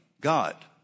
God